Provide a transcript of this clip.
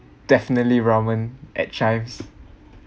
definitely ramen at chijmes